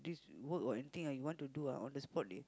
this work or anything ah you want to do ah on the spot they